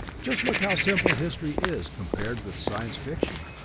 just look how simple history is compared with science-fiction!